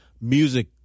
music